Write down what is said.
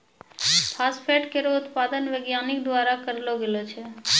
phosphate केरो उत्पादन वैज्ञानिक द्वारा करलो गेलो छै